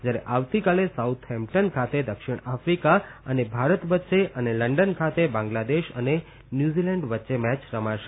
જયારે આવતીકાલે સાઉથહેમ્ટન ખાતે દક્ષિણ આફિકા અને ભારત વચ્ચે અને લંડન ખાતે બાંગ્લાદેશ અને ન્યૂઝીલેન્ડ વચ્ચે મેચ રમાશે